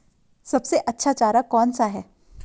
सबसे अच्छा चारा कौन सा है?